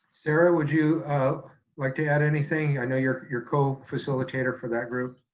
sara, would you like to add anything? i know you're you're co-facilitator for that group.